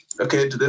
okay